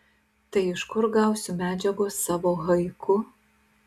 tai iš kur gausiu medžiagos savo haiku